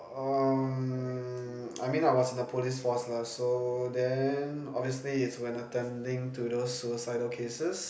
um I mean I was in the police force lah so then obviously is when attending to those suicidal cases